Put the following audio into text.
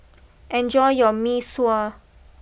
enjoy your Mee Sua